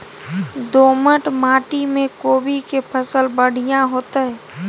दोमट माटी में कोबी के फसल बढ़ीया होतय?